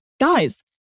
guys